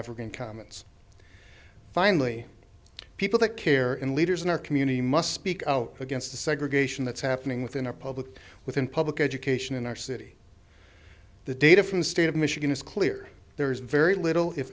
african comments finally people that care in leaders in our community must speak out against the segregation that's happening within our public within public education in our city the data from the state of michigan is clear there is very little if